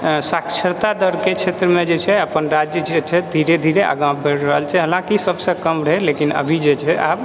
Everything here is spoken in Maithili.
साक्षरता दरके क्षेत्रमे जे छै अपन राज्य जे छै धीरे धीरे आगा बढ़ि रहल छै हलाँकि सभसँ कम रहै लेकिन अभी जे छै आब